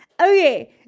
Okay